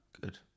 good